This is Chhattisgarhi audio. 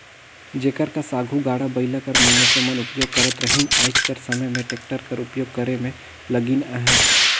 जेकर कस आघु गाड़ा बइला कर मइनसे मन उपियोग करत रहिन आएज कर समे में टेक्टर कर उपियोग करे में लगिन अहें